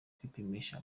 kwipimisha